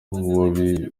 bubi